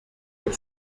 pour